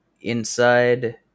inside